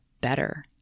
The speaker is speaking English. better